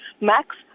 Max